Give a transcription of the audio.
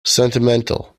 sentimental